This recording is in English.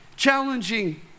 Challenging